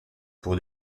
pour